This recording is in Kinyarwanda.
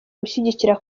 gushyigikira